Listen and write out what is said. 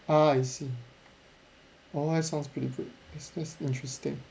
ah I see oh that sounds pretty good this is interesting